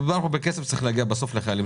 מדובר פה בכסף שצריך להגיע בסוף לחיילים משוחררים,